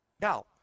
Now